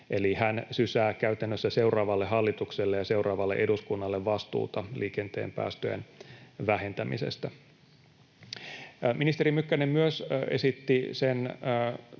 Eli hän sysää käytännössä seuraavalle hallitukselle ja seuraavalle eduskunnalle vastuuta liikenteen päästöjen vähentämisestä. Ministeri Mykkänen myös esitti sen